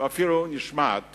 ואפילו נשמעת